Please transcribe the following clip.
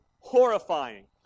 horrifying